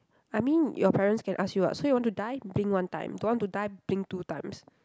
I mean your parents can ask you [what] so you want to die blink one time don't want to die blink two times